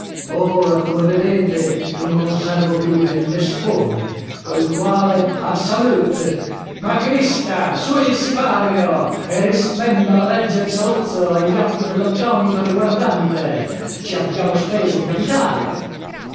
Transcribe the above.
ora come vedete non conservo più che il mestone col quale a v'salut macchinista su il sipario e risplenda la reggia di saluzzo agli occhi dell'attonito riguardante ci abbiamo speso un capitale